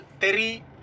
Terry